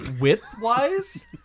width-wise